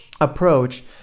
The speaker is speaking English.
approach